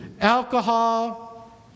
alcohol